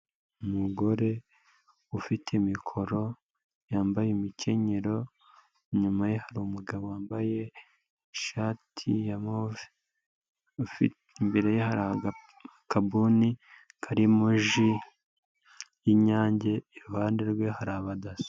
Umugore ufite mikoro, yambaye umukenyero, inyuma hariru umugabo wambaye ishati ya move, imbere hari akabuni karimo ji y'inyange, iruhande rwe hari abadaso.